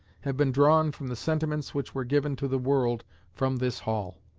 have been drawn from the sentiments which were given to the world from this hall.